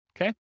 Okay